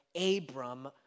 Abram